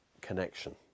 connection